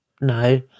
No